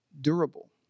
durable